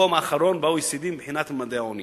במקום האחרון ב-OECD מבחינת ממדי העוני.